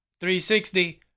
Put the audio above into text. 360